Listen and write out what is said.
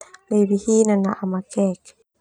Hi nanaa makek.